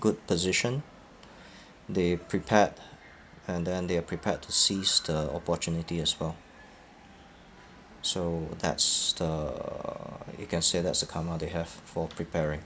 good position they prepared and then they are prepared to seize the opportunity as well so that's uh you can say that's a karma they have for preparing